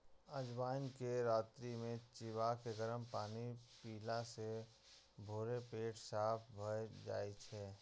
अजवाइन कें राति मे चिबाके गरम पानि पीला सं भोरे पेट साफ भए जाइ छै